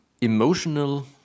emotional